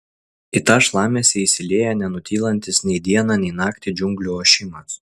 į tą šlamesį įsilieja nenutylantis nei dieną nei naktį džiunglių ošimas